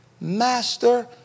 Master